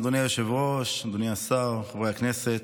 אדוני היושב-ראש, אדוני השר, חברי הכנסת,